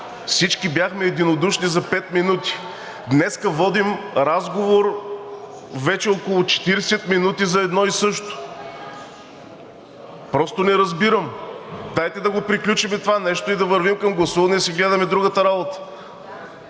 всички бяхме единодушни за пет минути, днес водим разговор вече около 40 минути за едно и също. Просто не разбирам! Дайте да го приключим това нещо, да вървим към гласуване и да си гледаме другата работа.